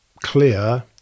clear